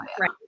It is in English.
right